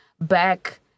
back